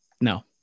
No